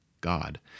God